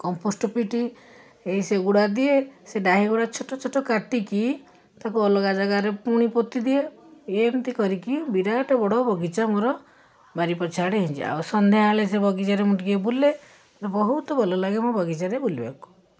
compost ବି ଦିଏ ଏଇ ସେ ଗୁଡ଼ାକ ଦିଏ ସେ ଡାହି ଗୁଡ଼ା ଛୋଟ ଛୋଟ କାଟିକି ତାକୁ ଅଲଗା ଜାଗାରେ ପୁଣି ପୋତିଦିଏ ଏମିତି କରିକି ବିରାଟ ବଡ଼ ବଗିଚା ମୋର ବାରି ପଛଆଡ଼େ ହେଇଛି ଆଉ ସନ୍ଧ୍ୟା ହେଲେ ସେ ବଗିଚାରେ ମୁଁ ଟିକିଏ ବୁଲେ ବହୁତ ଭଲ ଲାଗେ ମୋ ବଗିଚାରେ ବୁଲିବାକୁ